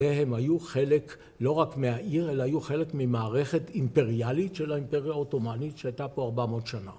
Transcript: והם היו חלק לא רק מהעיר אלא היו חלק ממערכת אימפריאלית של האימפריה העות'ומנית שהייתה פה 400 שנה.